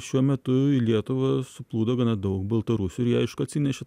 šiuo metu į lietuvą suplūdo gana daug baltarusių ir jie aišku atsinešė